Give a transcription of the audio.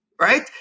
Right